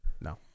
No